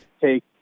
take